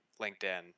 LinkedIn